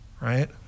right